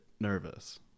nervous